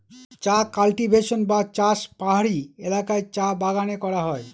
চা কাল্টিভেশন বা চাষ পাহাড়ি এলাকায় চা বাগানে করা হয়